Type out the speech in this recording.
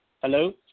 Hello